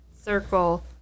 circle